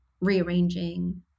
rearranging